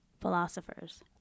Philosophers